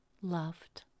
loved